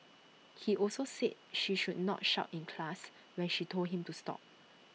he also said she should not shout in class when she told him into stop